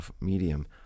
medium